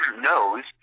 knows